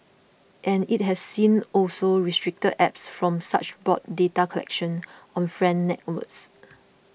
and it has since also restricted apps from such broad data collection on friend networks